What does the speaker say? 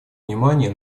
внимание